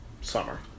summer